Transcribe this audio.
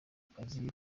kazi